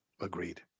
agreed